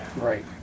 Right